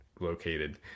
located